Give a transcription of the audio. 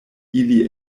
ili